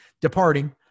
departing